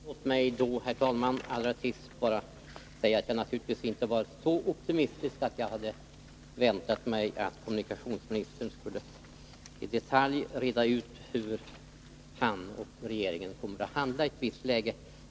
Herr talman! Låt mig allra sist bara säga att jag naturligtvis inte var så optimistisk att jag hade väntat mig att kommunikationsministern i detalj skulle reda ut hur han och regeringen kommer att handla i ett visst läge.